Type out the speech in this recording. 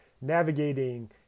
navigating